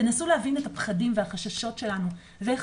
תנסו להבין את הפחדים וחששות שלנו ואיך